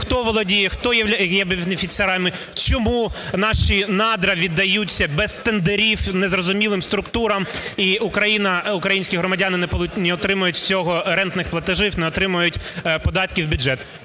хто володіє, хто є бенефіціарами, чому наші надра віддаються без тендерів незрозумілим структурам і Україна… українські громадяни не отримують з цього рентних платежів, не отримають податків в бюджет.